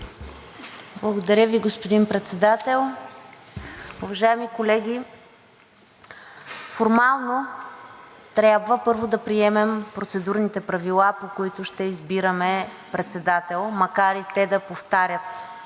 Благодаря Ви, господин Председател. Уважаеми колеги, формално трябва първо да приемем процедурните правила, по които ще избираме председател, макар и да повтарят